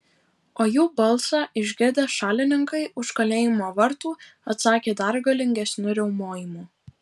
o jų balsą išgirdę šalininkai už kalėjimo vartų atsakė dar galingesniu riaumojimu